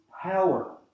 power